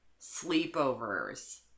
sleepovers